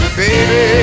baby